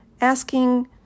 asking